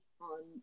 on